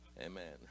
amen